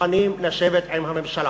מוכנים לשבת עם הממשלה